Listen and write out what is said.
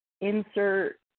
insert